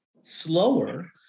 slower